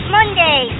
Monday